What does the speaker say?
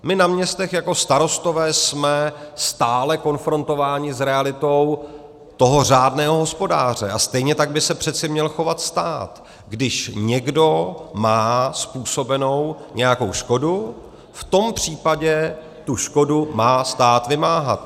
My na městech jako starostové jsme stále konfrontováni s realitou toho řádného hospodáře a stejně tak by se přece měl chovat stát, když někdo má způsobenou nějakou škodu, v tom případě tu škodu má stát vymáhat.